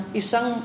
isang